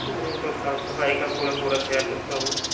میں تو صاف صفائی کا پورا پورا خیال رکھتا ہوں